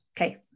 Okay